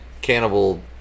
Cannibal